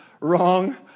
wrong